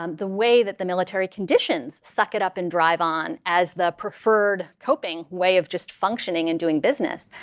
um the way that the military conditions suck it up and drive on as the preferred coping way of just functioning and doing business,